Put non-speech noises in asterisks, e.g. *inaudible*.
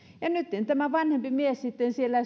ja nytten tämä vanhempi mies sitten siellä *unintelligible*